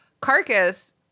Carcass